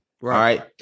right